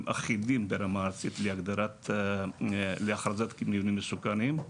אחידים ברמה ארצית להכרזת מבנים מסוכנים.